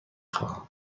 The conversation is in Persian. خواهم